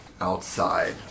outside